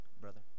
brother